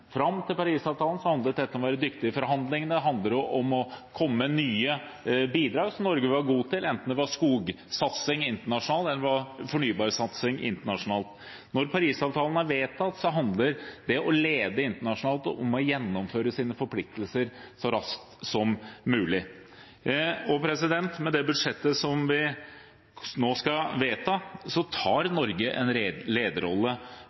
Fram til Paris-avtalen handlet dette om å være dyktig i forhandlingene, det handlet om å komme med nye bidrag, som Norge var god til, enten det var skogsatsing internasjonalt eller fornybarsatsing internasjonalt. Når Paris-avtalen er vedtatt, handler det å lede internasjonalt om å gjennomføre sine forpliktelser så raskt som mulig. Med det budsjettet som vi nå skal vedta, tar Norge en lederrolle